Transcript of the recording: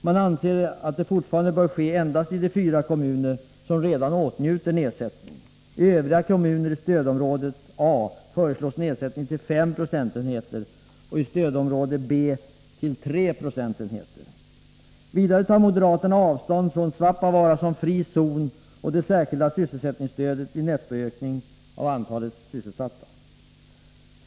Man anser att det fortfarande bör ske endast i de fyra kommuner som redan nu åtnjuter denna nedsättning. I övriga kommuner i stödområde A föreslås nedsättningen till fem procentenheter och i stödområde B till tre procentenheter. Vidare tar moderaterna avstånd från Svappavaara som fri zon och det särskilda sysselsättningsstödet vid nettoökning av antalet sysselsatta.